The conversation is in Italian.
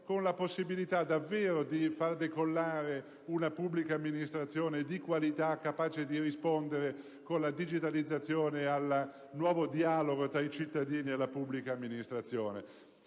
con la possibilità davvero di far decollare una pubblica amministrazione di qualità, capace di rispondere con la digitalizzazione al nuovo dialogo tra i cittadini e la pubblica amministrazione.